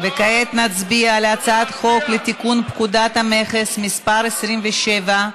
כעת נצביע על הצעת חוק לתיקון פקודת המכס (מס' 27),